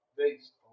based